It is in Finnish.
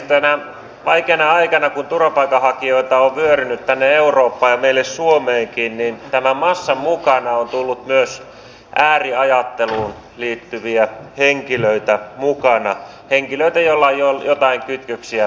tänä vaikeana aikana kun turvapaikanhakijoita on vyörynyt tänne eurooppaan ja meille suomeenkin tämän massan mukana on tullut myös ääriajatteluun liittyviä henkilöitä henkilöitä joilla on joitain kytköksiä terrorismiin